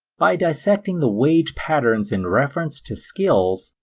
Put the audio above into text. by dissecting the wage patterns in reference to skills,